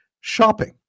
shopping